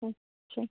अच्छा